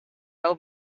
will